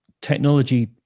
Technology